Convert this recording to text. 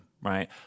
right